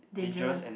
dangerous